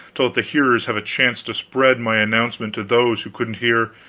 to let the hearers have a chance to spread my announcement to those who couldn't hear,